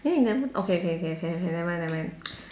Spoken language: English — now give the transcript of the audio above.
then he never okay okay okay never mind never mind